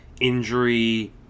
injury